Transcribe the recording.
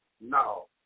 No